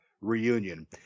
Reunion